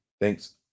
Thanks